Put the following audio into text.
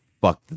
fuck